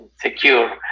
secure